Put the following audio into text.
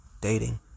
dating